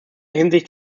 hinsicht